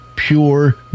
Pure